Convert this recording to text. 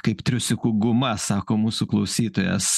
kaip triusikų guma sako mūsų klausytojas